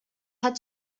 had